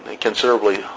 considerably